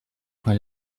quand